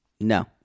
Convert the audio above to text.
No